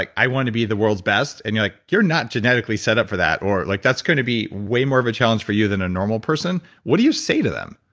like i wanna be the world's best. and you're like, you're not genetically set up for that. or like that's gonna be way more of a challenge for you than a normal person. what do you say to them?